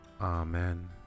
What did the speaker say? Amen